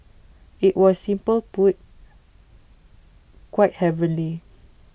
IT was simple put quite heavenly